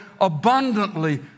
abundantly